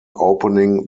opening